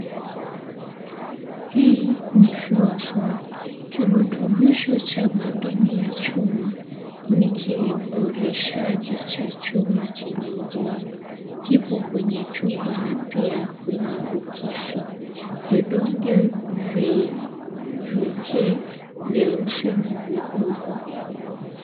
Hii ni Feosol, kirutubishi cha madini ya chuma. Ni kiboreshaji cha chuma chenye nguvu. Kipo kwenye chupa na pia kwenye boksi. Vidonge vyeusi ni vidogo.